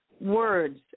words